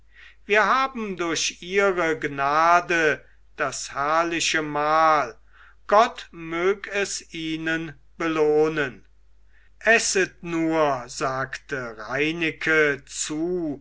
wir haben durch ihre gnade das herrliche mahl gott mög es ihnen belohnen esset nur sagte reineke zu